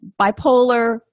bipolar